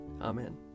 Amen